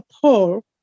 Paul